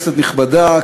כנסת נכבדה,